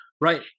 Right